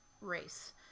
race